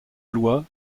loi